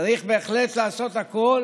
צריך בהחלט לעשות הכול